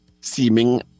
seeming